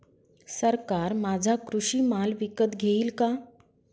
सरकार माझा कृषी माल विकत घेईल का?